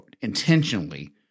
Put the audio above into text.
intentionally